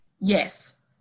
Yes